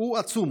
הוא עצום.